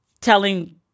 telling